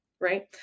Right